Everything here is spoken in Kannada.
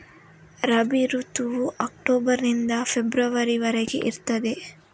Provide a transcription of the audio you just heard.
ರಬಿ ಋತುವು ಅಕ್ಟೋಬರ್ ನಿಂದ ಫೆಬ್ರವರಿ ವರೆಗೆ ಇರ್ತದೆ